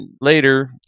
later